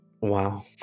Wow